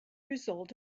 result